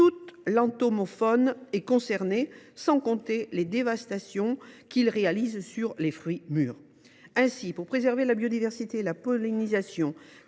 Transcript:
Toute l’entomofaune est concernée, sans compter les dévastations causées par le frelon sur les fruits mûrs. Pour préserver la biodiversité et la pollinisation,